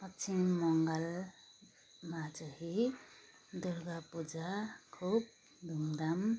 पश्चिम बङ्गालमा चाहिँ दुर्गा पूजा खुब धुमधाम